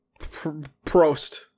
Prost